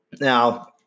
Now